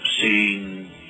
seeing